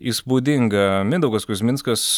įspūdinga mindaugas kuzminskas